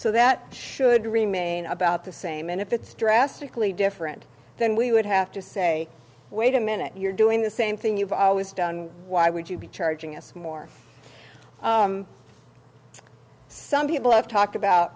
so that should remain about the same and if it's drastically different then we would have to say wait a minute you're doing the same thing you've always done why would you be charging us more some people have talked about